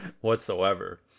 whatsoever